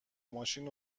ماشین